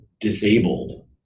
disabled